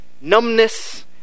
numbness